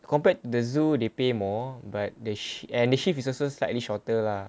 compared the zoo they pay more but they shi~ and their shift is also slightly shorter lah